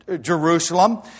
Jerusalem